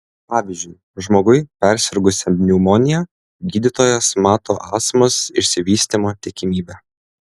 pavyzdžiui žmogui persirgusiam pneumonija gydytojas mato astmos išsivystymo tikimybę